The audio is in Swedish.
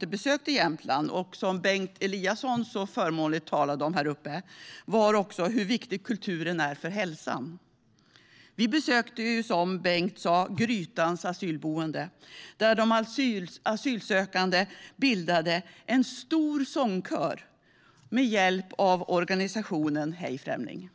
vi besökte Jämtland, och som Bengt Eliasson så föredömligt talade om tidigare, var hur viktig kulturen är för hälsan. Vi besökte, som Bengt Eliasson sa, Grytans asylboende, där de asylsökande bildade en stor sångkör med hjälp av organisationen Hej främling!